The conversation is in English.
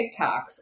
TikToks